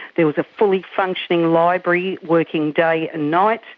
there was a fully functioning library working day and night.